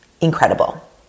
incredible